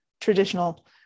traditional